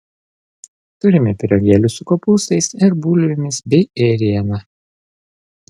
turime pyragėlių su kopūstais ir bulvėmis bei ėriena